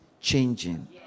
changing